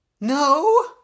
No